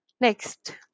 Next